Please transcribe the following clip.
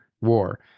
war